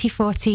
2014